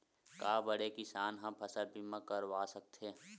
का बड़े किसान ह फसल बीमा करवा सकथे?